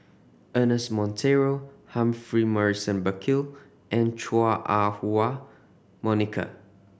Ernest Monteiro Humphrey Morrison Burkill and Chua Ah Huwa Monica